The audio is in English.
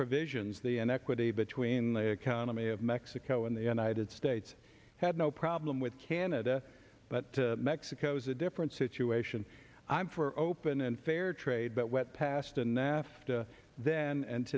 provisions the equity between the economy of mexico and the united states had no problem with canada but mexico is a different situation i'm for open and fair trade but went past a nafta then and